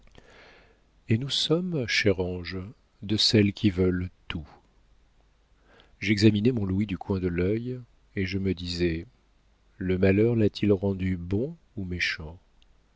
et nous sommes chère ange de celles qui veulent tout j'examinais mon louis du coin de l'œil et je me disais le malheur l'a-t-il rendu bon ou méchant